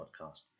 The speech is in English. podcast